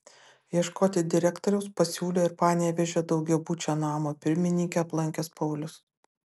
ieškoti direktoriaus pasiūlė ir panevėžio daugiabučio namo pirmininkę aplankęs paulius